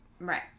Right